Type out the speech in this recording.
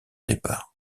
départ